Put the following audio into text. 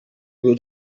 who